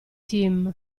team